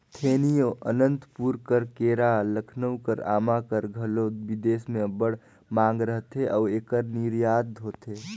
थेनी अउ अनंतपुर कर केरा, लखनऊ कर आमा कर घलो बिदेस में अब्बड़ मांग रहथे अउ एकर निरयात होथे